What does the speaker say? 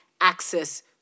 access